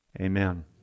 Amen